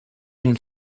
une